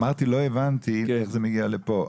התכוונתי שלא הבנתי איך זה מגיע לפה.